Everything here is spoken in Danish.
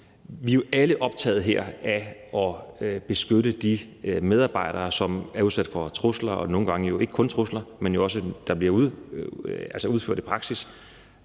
her er optaget af at beskytte de medarbejdere, som er udsat for trusler og nogle gange ikke kun trusler, men ting, som også bliver udført i praksis